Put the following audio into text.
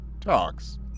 talks